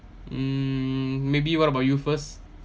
mm maybe what about you first